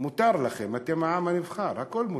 מותר לכם, אתם העם הנבחר, הכול מותר.